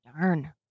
darn